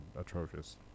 atrocious